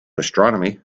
astronomy